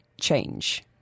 change